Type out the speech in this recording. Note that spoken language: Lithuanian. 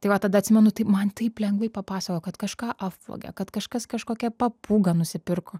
tai va tada atsimenu tai man taip lengvai papasakojo kad kažką apvogė kad kažkas kažkokią papūgą nusipirko